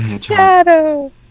shadow